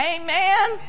Amen